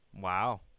Wow